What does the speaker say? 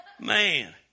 Man